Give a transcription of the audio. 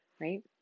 right